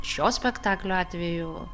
šio spektaklio atveju